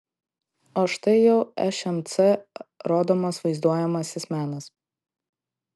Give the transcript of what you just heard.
o štai jau šmc rodomas vaizduojamasis menas